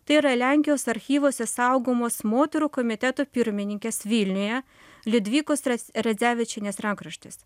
tai yra lenkijos archyvuose saugomas moterų komiteto pirmininkės vilniuje liudvikos ras radzevičienės rankraštis